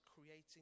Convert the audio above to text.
creating